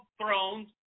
thrones